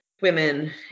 women